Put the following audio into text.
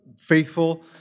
faithful